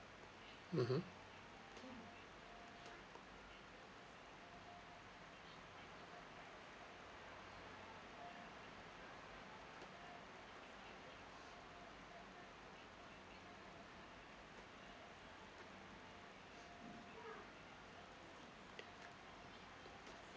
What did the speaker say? mmhmm